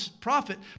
prophet